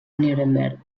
nuremberg